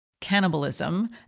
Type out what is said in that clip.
Cannibalism